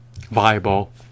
viable